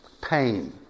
Pain